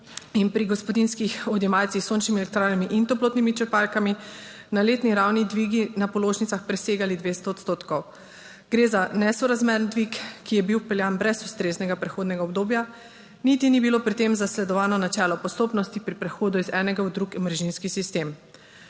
in pri gospodinjskih odjemalcih s sončnimi elektrarnami in toplotnimi črpalkami na letni ravni dvigi na položnicah presegali 200 odstotkov. Gre za nesorazmeren dvig, ki je bil vpeljan brez ustreznega prehodnega obdobja, niti ni bilo pri tem zasledovano načelo postopnosti pri prehodu iz enega v drug omrežninski sistem.